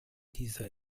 dieser